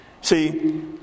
See